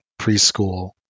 preschool